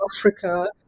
africa